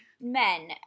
Men